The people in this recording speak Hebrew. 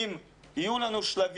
אם יהיו לנו שלבים,